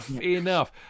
enough